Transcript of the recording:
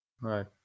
Right